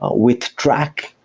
ah with track,